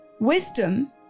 wisdom